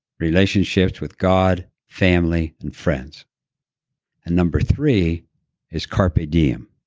relationship with god, family and friends and number three is carpe diem